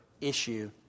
issue